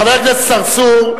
חבר הכנסת צרצור,